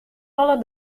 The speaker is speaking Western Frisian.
alle